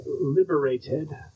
liberated